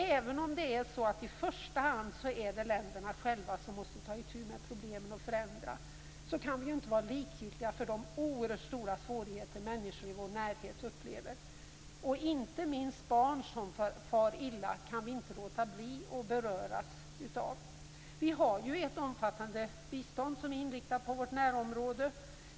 Även om det i första hand är länderna själva som måste ta itu med problemen och förändra kan vi inte vara likgiltiga för de oerhört stora svårigheter som människor i vår närhet upplever. Inte minst när det är barn som far illa kan vi inte låta bli att beröras. Vi har ett omfattande bistånd som är inriktat på vårt närområde.